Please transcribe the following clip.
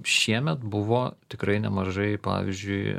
šiemet buvo tikrai nemažai pavyzdžiui